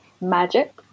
magic